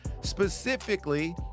Specifically